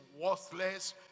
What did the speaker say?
worthless